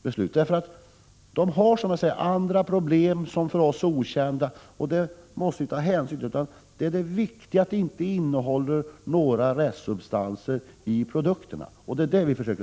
Vissa länder har alltså problem som är okända för oss, och vi måste ta hänsyn till det. Det viktiga är att produkterna inte innehåller några restsubstanser.